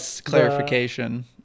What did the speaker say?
clarification